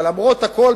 אבל למרות הכול,